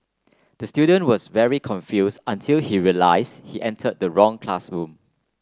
the student was very confuse until he realise he entered the wrong classroom